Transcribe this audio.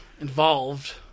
involved